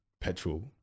petrol